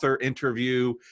interview